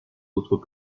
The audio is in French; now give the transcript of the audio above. autres